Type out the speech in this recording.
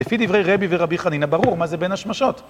לפי דברי רבי ורבי חנינה, ברור מה זה בין השמשות.